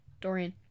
Dorian